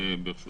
אתה רוצה